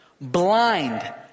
blind